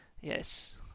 yes